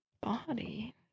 Body